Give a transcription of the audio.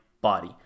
body